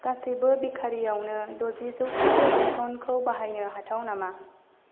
गासैबो बेकारिआवनो द'जि जौखोन्दो डिसकाउन्टखौ बाहायनो हाथाव नामा